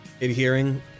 Adhering